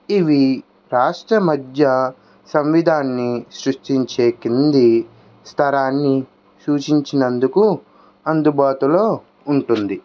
ఇవి రాష్ట్ర మధ్య సంవిధాన్ని సృష్టించే కింది స్వరాన్ని సూచించినందుకు అందుబాటులో ఉంటుంది